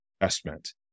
investment